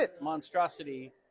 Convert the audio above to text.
monstrosity